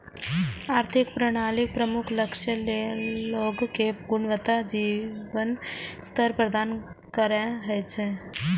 आर्थिक प्रणालीक प्रमुख लक्ष्य लोग कें गुणवत्ता पूर्ण जीवन स्तर प्रदान करनाय होइ छै